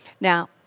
Now